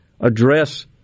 address